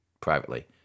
privately